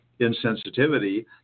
insensitivity